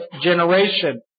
generation